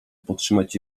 podtrzymać